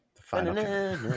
Final